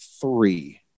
three